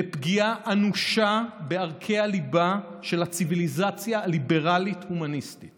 לפגיעה אנושה בערכי הליבה של הציביליזציה הליברלית-הומניסטית